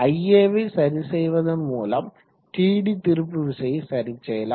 ia யை சரிசெய்வதன் மூலம் Td திருப்பு விசையை சரி செய்யலாம்